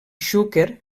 xúquer